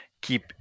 keep